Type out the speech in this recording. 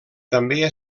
també